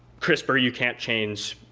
crispr you can't change,